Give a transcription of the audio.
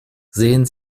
sehen